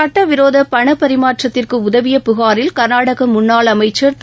சட்டவிரோத பணப்பரிமாற்றத்திற்கு உதவிய புகாரில் கா்நாடக முன்னாள் அமைச்சர் திரு